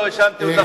לא האשמתי אותך,